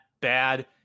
bad